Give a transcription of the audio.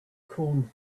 corned